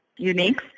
unique